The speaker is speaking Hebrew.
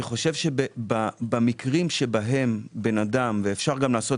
אני חושב שבמקרים שבהם בן אדם ואפשר גם לעשות